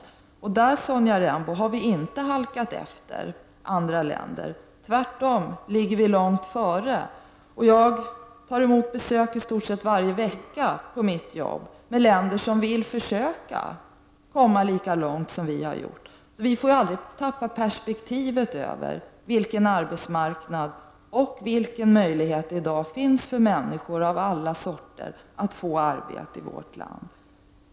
På den punkten, Sonja Rembo, har vi inte halkat efter andra länder. Tvärtom ligger vi långt före. Jag tar i stort sett varje vecka emot besökare från länder där man vill försöka komma lika långt som vi har gjort. Vi får därför aldrig tappa perspektivet över vilken arbetsmarknad vi har och vilka möjligheter som i dag finns för människor av alla sorter att få arbete i vårt land.